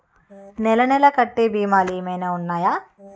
నెల నెల కట్టే భీమాలు ఏమైనా ఉన్నాయా?